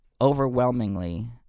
overwhelmingly